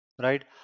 right